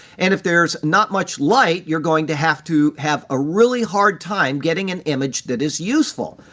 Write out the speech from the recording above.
and if there's not much light, you're going to have to have a really hard time getting an image that is useful.